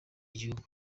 igihugu